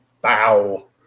bow